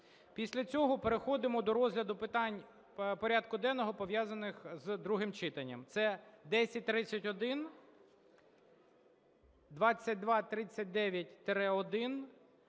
Після цього переходимо до розгляду питань порядку денного, пов'язаних з другим читанням: це 1031, 2239-1,